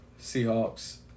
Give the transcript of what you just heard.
Seahawks